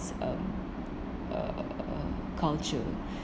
um uh culture